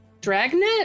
dragnet